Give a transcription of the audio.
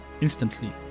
Instantly